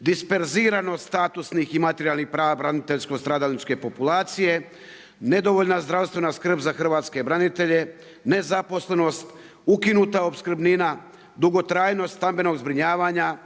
disperziranost statusnih i materijalnih prava braniteljsko-stradalničke populacije, nedovoljna zdravstvena skrb za hrvatske branitelje, nezaposlenost, ukinuta opskrbnina, dugotrajnost stambenog zbrinjavanja,